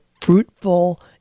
fruitful